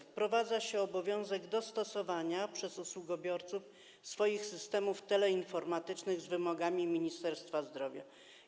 Wprowadza się obowiązek dostosowania przez usługobiorców ich systemów teleinformatycznych do wymogów Ministerstwa Zdrowia.